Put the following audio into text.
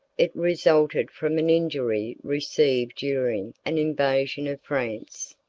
it resulted from an injury received during an invasion of france.